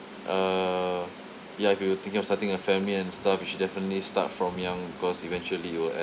uh ya if you thinking of starting a family and stuff you should definitely start from young because eventually you will